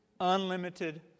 unlimited